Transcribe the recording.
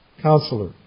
Counselor